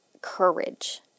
courage